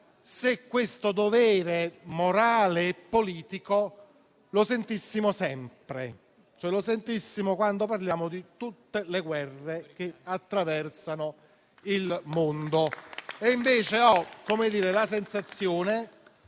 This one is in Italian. se questo dovere morale e politico lo sentissimo sempre, quando parliamo di tutte le guerre che attraversano il mondo.